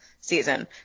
season